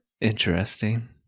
Interesting